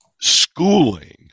schooling